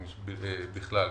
למדד,